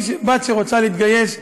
בת שרוצה להתגייס,